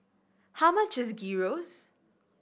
how much is Gyros